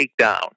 takedown